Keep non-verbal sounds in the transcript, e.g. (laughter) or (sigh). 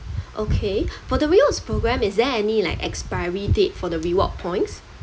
okay (breath) for the rewards program is there any like expiry date for the reward points